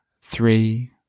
Three